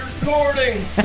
recording